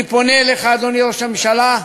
אני פונה אליך, אדוני ראש הממשלה,